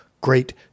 great